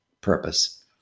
purpose